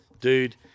Dude